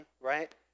right